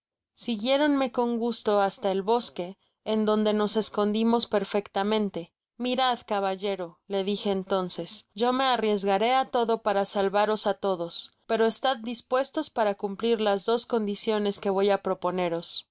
siguiéronme con gusto hasta el bosque en donde nos escondimos perfectamente mirad caballero le dije entonces yo me arriesgaré á todo para salvaros á todos pero estad dispuestos para cumplir las dos condiciones que voy á proponeros se